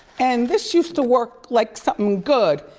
and this used to work like something good,